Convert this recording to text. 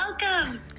welcome